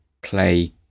play